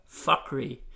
fuckery